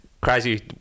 crazy